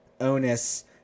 onus